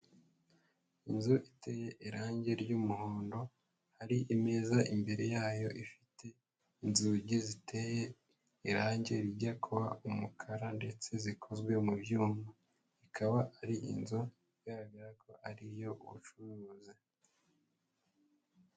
Inzu iteye irangi ry'umuhondo, hari imeza imbere yayo ifite, inzugi ziteye irangi rijya kuba umukara ndetse zikozwe mu byuma. Ikaba ari inzu igaragara ko ari iyo ubucuruzi.